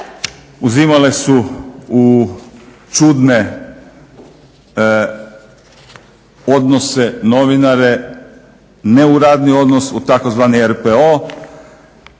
uzimale su u čudne odnose novinare, ne u radni odnos, u tzv. RPO.